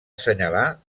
assenyalar